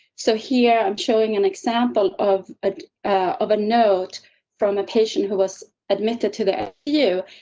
so, here i'm showing an example of a of a note from a patient who was admitted to the view,